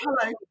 hello